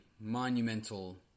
monumental